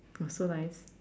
oh so nice